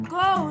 go